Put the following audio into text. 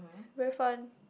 very fun